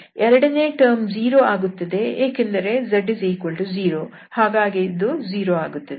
ಎರಡನೆಯ ಟರ್ಮ್ 0 ಆಗುತ್ತದೆ ಏಕೆಂದರೆ z0 ಹಾಗಾಗಿ ಇದು 0 ಆಗುತ್ತದೆ